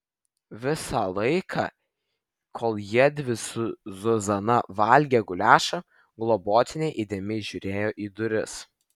visą laiką kol jiedvi su zuzana valgė guliašą globotinė įdėmiai žiūrėjo į duris